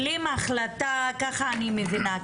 ככה אני מבינה,